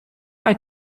hay